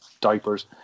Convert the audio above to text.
Diapers